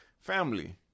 family